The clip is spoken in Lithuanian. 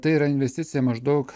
tai yra investicija maždaug